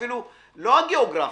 אפילו לא הגיאוגרפי,